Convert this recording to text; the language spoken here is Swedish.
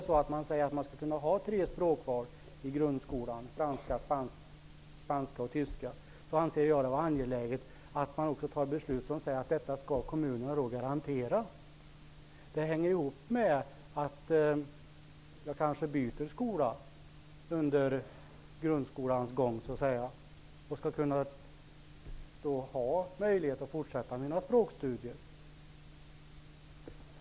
Om man skall kunna göra tre språkval i grundskolan -- spanska, franska och tyska -- anser jag det vara angeläget att det fattas beslut om att kommunerna skall garantera eleverna den möjligheten. Den som byter skola under grundskolans gång skall ha möjlighet att fortsätta sina språkstudier.